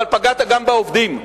אבל פגעת גם בעובדים.